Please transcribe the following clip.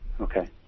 Okay